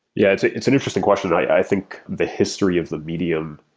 yeah, it's it's an interesting question. i think the history of the medium,